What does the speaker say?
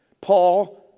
Paul